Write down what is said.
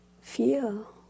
feel